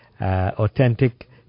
Authentic